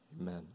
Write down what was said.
amen